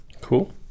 Cool